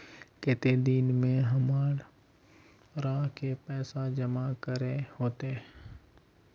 केते दिन में हमरा के पैसा जमा करे होते?